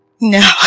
No